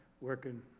working